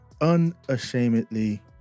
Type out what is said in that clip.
unashamedly